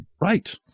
Right